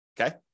okay